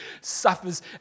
Suffers